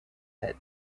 het